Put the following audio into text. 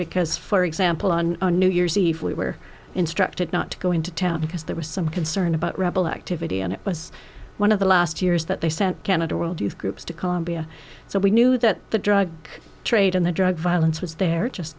because for example on new year's eve we were instructed not to go into town because there was some concern about rebel activity and it was one of the last years that they sent canada world youth groups to colombia so we knew that the drug trade and the drug violence was there just